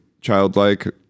childlike